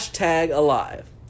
Alive